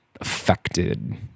affected